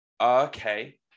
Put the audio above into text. okay